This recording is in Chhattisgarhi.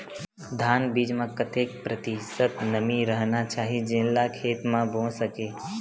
धान बीज म कतेक प्रतिशत नमी रहना चाही जेन ला खेत म बो सके?